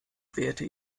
werte